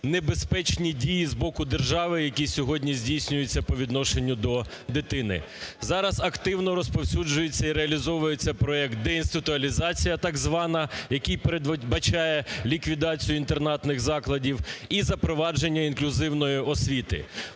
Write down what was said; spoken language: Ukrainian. небезпечні дії з боку держави, які сьогодні здійснюються по відношенню до дитини. Зараз активно розповсюджується і реалізовується проект, "деінституалізація" так звана, який передбачає ліквідацію інтернатних закладів і запровадження інклюзивної освіти.